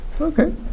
Okay